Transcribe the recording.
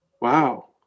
Wow